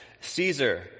Caesar